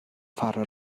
فرا